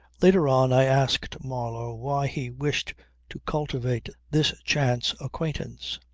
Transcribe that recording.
later on i asked marlow why he wished to cultivate this chance acquaintance.